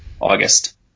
August